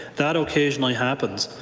that occasionally happens.